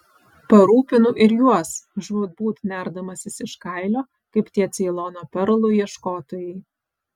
parūpinu ir juos žūtbūt nerdamasis iš kailio kaip tie ceilono perlų ieškotojai